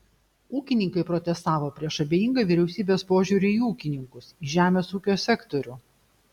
ūkininkai protestavo prieš abejingą vyriausybės požiūrį į ūkininkus į žemės ūkio sektorių